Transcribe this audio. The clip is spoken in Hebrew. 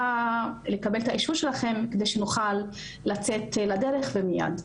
לקבל את האישור שלכם כדי שנוכל לצאת לדרך ומייד.